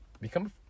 Become